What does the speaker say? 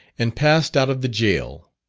and passed out of the gaol.